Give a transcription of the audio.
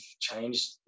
changed